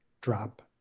drop